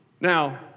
Now